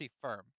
firm